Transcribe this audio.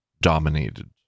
dominated